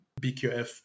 BQF